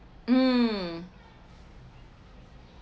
um